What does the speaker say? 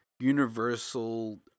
universal